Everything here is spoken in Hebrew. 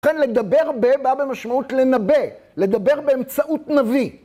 כאן ״לדבר ב״ בא במשמעות לנבא, לדבר באמצעות נביא.